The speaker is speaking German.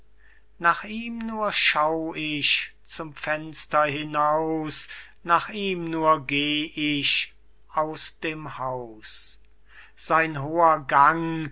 nach ihm nur schau ich zum fenster hinaus nach ihm nur geh ich aus dem haus sein hoher gang